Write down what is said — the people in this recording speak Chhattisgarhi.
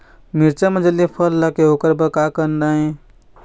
मिरचा म जल्दी फल लगे ओकर बर का करना ये?